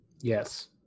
Yes